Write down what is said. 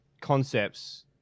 concepts